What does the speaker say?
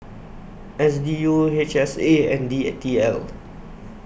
S D U H S A and D T L